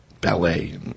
ballet